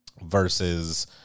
versus